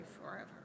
forever